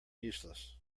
useless